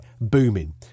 booming